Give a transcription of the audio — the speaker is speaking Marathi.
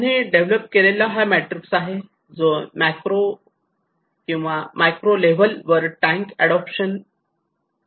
त्यांनी डेव्हलप केलेला हा मॅट्रिक्स आहे जो मॅक्रो किंवा मायक्रो लेव्हल वर टँक अडोप्शन येतो